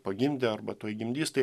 pagimdė arba tuoj gimdys tai